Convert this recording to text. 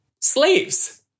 slaves